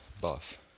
buff